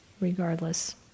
regardless